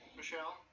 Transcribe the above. Michelle